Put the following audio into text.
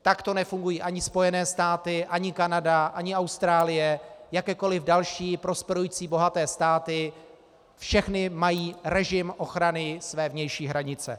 Takto nefungují ani Spojené státy ani Kanada ani Austrálie, jakékoli další prosperující bohaté státy, všechny mají režim ochrany své vnější hranice.